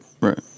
right